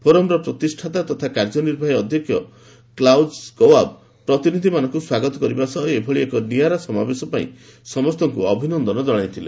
ଫୋରମର ପ୍ରତିଷ୍ଠାତା ତଥା କାର୍ଯ୍ୟ ନିର୍ବାହୀ ଅଧ୍ୟକ୍ଷ କ୍ଲାଓଜ ସ୍କୱାବ ପ୍ରତିନିଧିମାନଙ୍କୁ ସ୍ୱାଗତ କରିବା ସହ ଏଭଳି ଏକ ନିଆରା ସମାବେଶ ପାଇଁ ସମସ୍ତଙ୍କୁ ଅଭିନନ୍ଦନ ଜଣାଇଥିଲେ